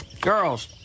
girls